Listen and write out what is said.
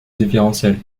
différentiel